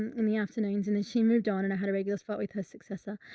in the afternoons, and then she moved on and i had a regular spot with her successor.